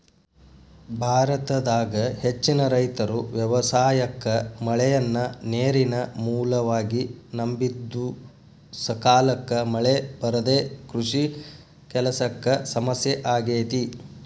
ಭಾರತದಾಗ ಹೆಚ್ಚಿನ ರೈತರು ವ್ಯವಸಾಯಕ್ಕ ಮಳೆಯನ್ನ ನೇರಿನ ಮೂಲವಾಗಿ ನಂಬಿದ್ದುಸಕಾಲಕ್ಕ ಮಳೆ ಬರದೇ ಕೃಷಿ ಕೆಲಸಕ್ಕ ಸಮಸ್ಯೆ ಆಗೇತಿ